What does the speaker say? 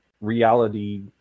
reality